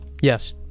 Yes